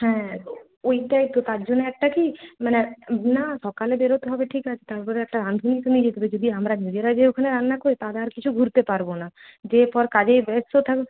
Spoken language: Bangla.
হ্যাঁ ওইটাই তো তার জন্য একটা কি মানে না সকালে বেরোতে হবে ঠিক আছে তারপরে একটা রাঁধুনি তো নিয়ে যেতে হবে যদি আমরা নিজেরা গিয়ে ওখানে রান্না করি তাহলে আর কিছু ঘুরতে পারবো না যাওয়ার পর কাজেই ব্যস্ত থাকব